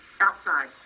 Outside